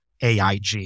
AIG